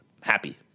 happy